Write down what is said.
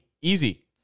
easy